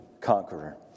conqueror